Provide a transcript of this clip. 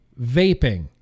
vaping